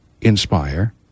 inspire